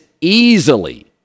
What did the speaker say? easily